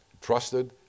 trusted